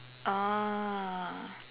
ah